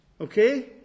okay